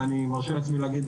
ואני מרשה לעצמי להגיד,